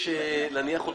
מי נגד?